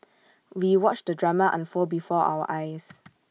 we watched the drama unfold before our eyes